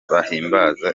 bahimbaza